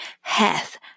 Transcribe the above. hath